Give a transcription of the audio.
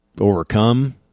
overcome